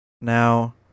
Now